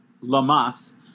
Lamas